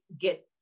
get